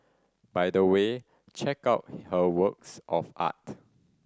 by the way check out her works of art